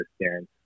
understand